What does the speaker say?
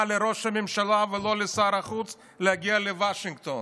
לא לראש הממשלה ולא לשר החוץ להגיע לוושינגטון,